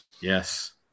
yes